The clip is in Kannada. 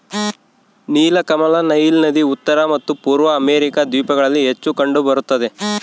ನೀಲಕಮಲ ನೈಲ್ ನದಿ ಉತ್ತರ ಮತ್ತು ಪೂರ್ವ ಅಮೆರಿಕಾ ದ್ವೀಪಗಳಲ್ಲಿ ಹೆಚ್ಚು ಕಂಡು ಬರುತ್ತದೆ